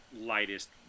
lightest